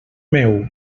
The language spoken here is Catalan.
meu